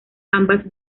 ambas